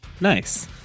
Nice